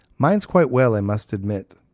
mine's quite well, i must admit.